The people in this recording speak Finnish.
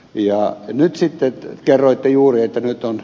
ja nyt sitten kerroitte juuri tarton